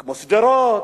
כמו שדרות,